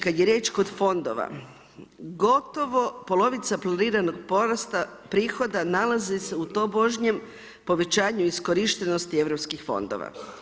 Kad je riječ kod fondova, gotovo polovica planiranog porasta, prihoda, nalazi se u tobožnjem povećanju iskorištenosti europskih fondova.